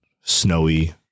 snowy